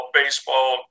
baseball